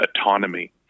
autonomy